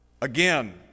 again